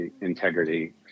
integrity